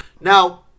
Now